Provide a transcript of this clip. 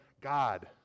God